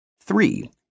Three